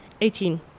Eighteen